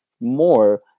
more